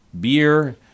beer